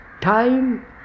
time